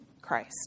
Christ